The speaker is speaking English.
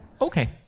Okay